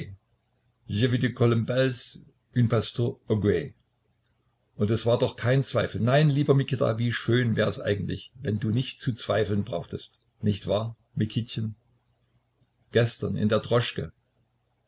und es war doch kein zweifel nein lieber mikita wie schön wärs eigentlich wenn du nicht zu zweifeln brauchtest nicht wahr mikitchen gestern in der droschke